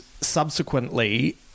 subsequently